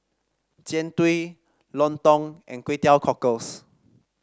Jian Dui lontong and Kway Teow Cockles